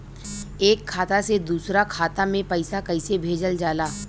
एक खाता से दूसरा खाता में पैसा कइसे भेजल जाला?